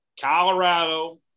Colorado